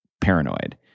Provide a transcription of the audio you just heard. paranoid